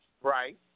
Right